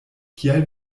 kial